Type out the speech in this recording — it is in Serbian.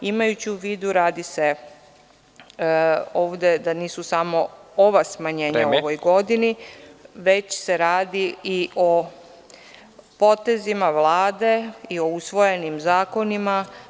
Imajući u vidu, radi se ovde da nisu samo ova smanjenja u ovoj godini, već se radi i o potezima Vlade i o usvojenim zakonima.